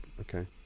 Okay